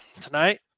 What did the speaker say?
tonight